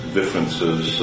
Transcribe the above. differences